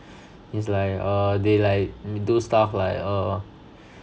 it's like err they like do stuff like err